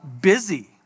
busy